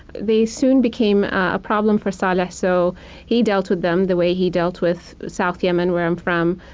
they soon became a problem for saleh, so he dealt with them the way he dealt with south yemen, where i'm from,